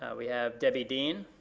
we have deby dehn.